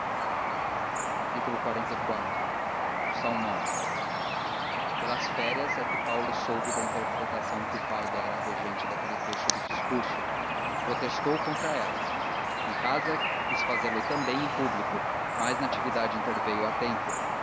o filho xliv o salmão pelas férias é que paulo soube da interpretação que o pai dera à regente daquele trecho do discurso protestou contra ela em casa quis fazê-lo também em público mas natividade interveio a tempo